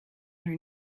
her